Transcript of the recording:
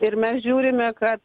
ir mes žiūrime kad